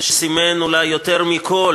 שסימן אולי יותר מכול